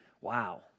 Wow